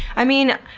i mean,